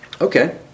Okay